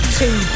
two